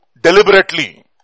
Deliberately